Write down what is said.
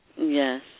Yes